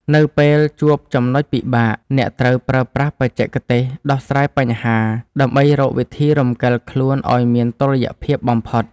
នៅពេលជួបចំណុចពិបាក អ្នកត្រូវប្រើប្រាស់បច្ចេកទេសដោះស្រាយបញ្ហាដើម្បីរកវិធីរំកិលខ្លួនឱ្យមានតុល្យភាពបំផុត។